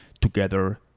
together